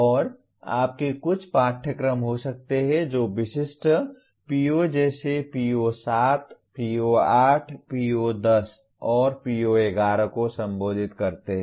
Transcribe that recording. और आपके कुछ पाठ्यक्रम हो सकते हैं जो विशिष्ट PO जैसे PO7 PO8 PO10 और PO11 को संबोधित करते हैं